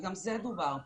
וגם זה דובר פה,